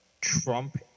Trump